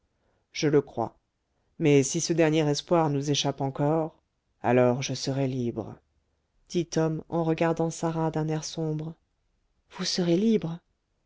je le crois mais si ce dernier espoir nous échappe encore alors je serai libre dit tom en regardant sarah d'un air sombre vous serez libre